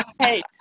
Hey